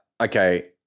okay